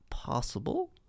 possible